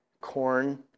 corn